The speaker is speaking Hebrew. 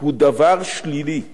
הוא דבר שלילי למדינה,